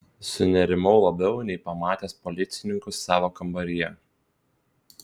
sunerimau labiau nei pamatęs policininkus savo kambaryje